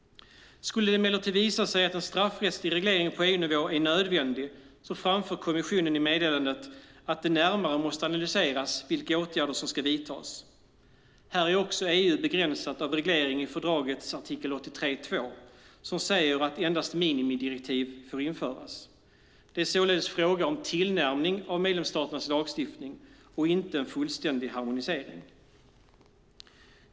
Skulle det emellertid visa sig att en straffrättslig reglering på EU-nivå är nödvändig framför kommissionen i meddelandet att det närmare måste analyseras vilka åtgärder som ska vidtas. Här är också EU begränsat av regleringen i fördragets artikel 83.2, som säger att endast minimidirektiv får införas. Det är således fråga om tillnärmning av medlemsstaternas lagstiftning och inte en fullständig harmonisering.